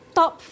top